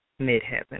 Midheaven